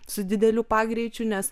su dideliu pagreičiu nes